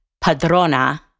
Padrona